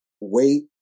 wait